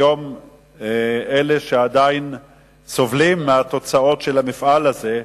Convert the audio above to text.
היום הם אלה שעדיין סובלים מתוצאות עבודתם במפעל הזה.